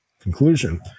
conclusion